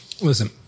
Listen